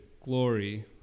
glory